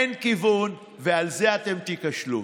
אין כיוון, ועל זה אתם תיכשלו.